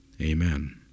Amen